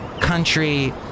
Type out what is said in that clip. country